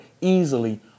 easily